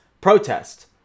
protest